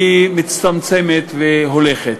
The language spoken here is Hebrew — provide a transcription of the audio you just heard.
מצטמצמות והולכות.